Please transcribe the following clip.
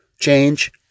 change